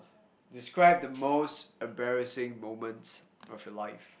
describe the most embarrassing moments of your life